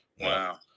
Wow